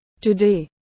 Today